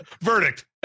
Verdict